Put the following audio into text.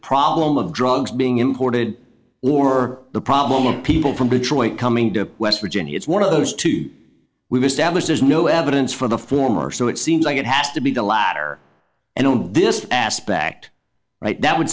problem of drugs being imported or the problem of people from detroit coming to west virginia it's one of those two we've established there's no evidence for the former so it seems like it has to be the latter and on this aspect that would